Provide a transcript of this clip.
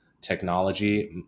Technology